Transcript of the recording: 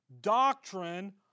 doctrine